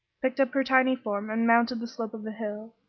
picked up her tiny form and mounted the slope of the hill,